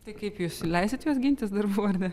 tai kaip jūs leisit juos gintis darbų ar ne